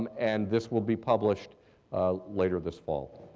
um and this will be published later this fall.